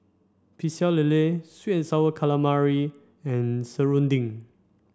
Pecel Lele sweet and sour calamari and Serunding